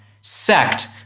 sacked